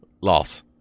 Loss